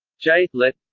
j. lett.